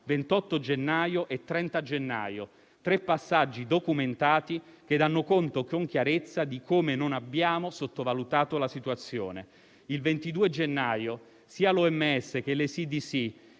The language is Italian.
28 gennaio e 30 gennaio. Sono tre passaggi documentati che danno conto con chiarezza di come non abbiamo sottovalutato la situazione. Il 22 gennaio sia l'OMS che l'ECDC